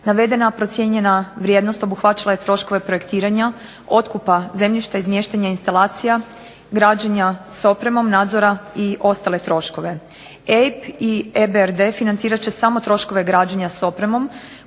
Navedena procijenjena vrijednost obuhvaćala je troškove projektiranja, otkupa zemljišta i izmještanja instalacija, građenja s opremom nadzora i ostale troškove. EIB-a i EBRD-a financirat će samo troškove građena s opremom